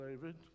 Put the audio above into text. David